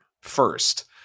first